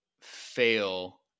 fail